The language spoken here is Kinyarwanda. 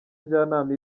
njyanama